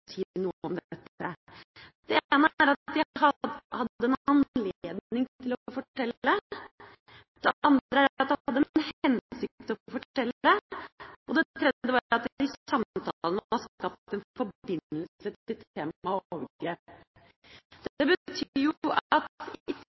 noe om dette. Det ene er at de hadde en anledning til å fortelle. Det andre er at det hadde en hensikt å fortelle, og det tredje var at det i samtalen var skapt en forbindelse til temaet overgrep. Det betyr